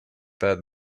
bad